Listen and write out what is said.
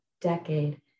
decade